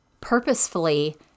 purposefully